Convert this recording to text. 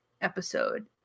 episode